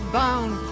bound